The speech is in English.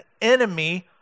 enemy